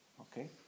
Okay